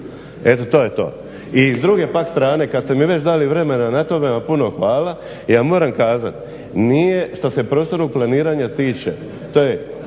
Eto to je to. I s druge pak strane kad ste mi već dali vremena na tome vam puno hvala. Ja moram kazati što se prostornog planiranja tiče,